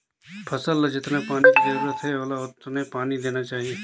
फसल ल जेतना पानी के जरूरत हे ओला ओतने पानी देना चाही